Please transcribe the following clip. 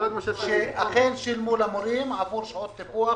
שאכן שילמו למורים עבור שעות טיפוח